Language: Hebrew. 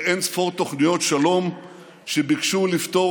באין-ספור תוכניות שלום שביקשו לפתור